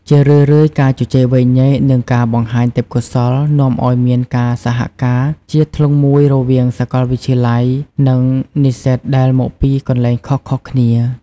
ជារឿយៗ ការជជែកវែកញែក និងការបង្ហាញទេពកោសល្យនាំឲ្យមានការសហការជាធ្លុងមួយរវាងសកលវិទ្យាល័យ និងនិស្សិតដែលមកពីកន្លែងខុសៗគ្នា។